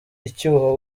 icyuho